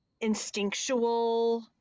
instinctual